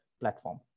platform